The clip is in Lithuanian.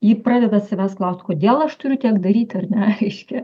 ji pradeda savęs klaust kodėl aš turiu tiek daryti ar ne reiškia